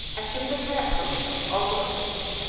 assume the character, of augustus.